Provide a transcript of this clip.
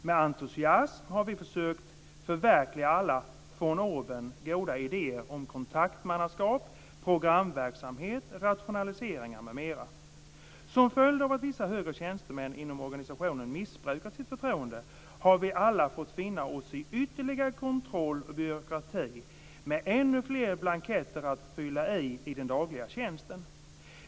Med entusiasm har vi försökt förverkliga alla 'von oben' goda idéer om kontaktmannaskap, programverksamhet, rationaliseringar m m. Som följd av att vissa högre tjänstemän inom organisationen missbrukat sitt förtroende, har vi alla fått finna oss i ytterligare kontroll och byråkrati med ännu flera blanketter att fylla i i den dagliga tjänsten.